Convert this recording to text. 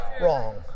wrong